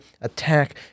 attack